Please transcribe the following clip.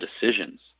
decisions